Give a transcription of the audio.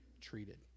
treated